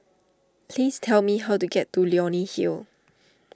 please tell me how to get to Leonie Hill